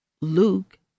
Luke